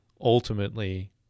ultimately